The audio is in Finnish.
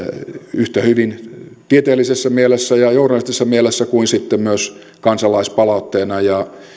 yhtä hyvin tieteellisessä mielessä ja journalistisessa mielessä kuin sitten myös kansalaispalautteena ja